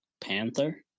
Panther